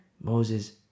Moses